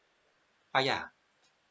uh ya